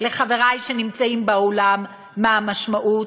לחברי שנמצאים באולם מה המשמעות?